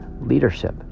leadership